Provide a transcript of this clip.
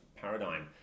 paradigm